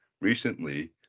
Recently